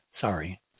Sorry